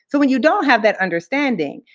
so when you don't have that understanding,